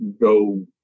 go